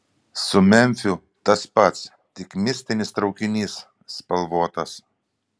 su memfiu tas pats tik mistinis traukinys spalvotas